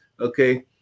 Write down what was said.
Okay